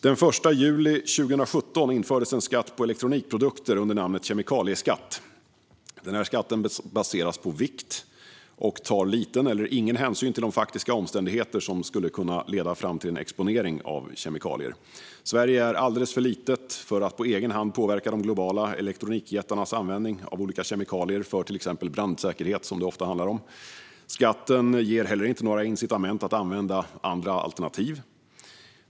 Den 1 juli 2017 infördes en skatt på elektronikprodukter under namnet kemikalieskatt. Skatten baseras på vikt och tar liten eller ingen hänsyn till de faktiska omständigheter som skulle kunna leda fram till en exponering av kemikalier. Sverige är alldeles för litet för att på egen hand påverka de globala elektronikjättarnas användning av olika kemikalier för till exempel brandsäkerhet, som det ofta handlar om. Skatten ger inte heller något incitament att använda andra alternativ.